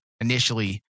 initially